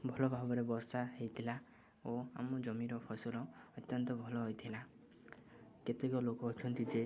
ଭଲ ଭାବରେ ବର୍ଷା ହୋଇଥିଲା ଓ ଆମ ଜମିର ଫସଲ ଅତ୍ୟନ୍ତ ଭଲ ହୋଇଥିଲା କେତେକ ଲୋକ ଅଛନ୍ତି ଯେ